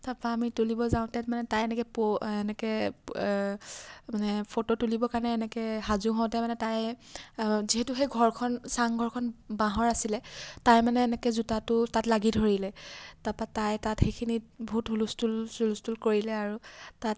তাৰপৰা আমি তুলিব যাওঁতে মানে তাই এনেকৈ এনেকৈ মানে ফটো তুলিবৰ কাৰণে এনেকৈ সাজু হওঁতে মানে তাই যিহেতু সেই ঘৰখন চাংঘৰখন বাঁহৰ আছিলে তাই মানে এনেকৈ জোতাটো তাত লাগি ধৰিলে তাৰপৰা তাই তাত সেইখিনিত বহুত হুলস্থুল চুলস্থুল কৰিলে আৰু তাত